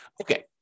Okay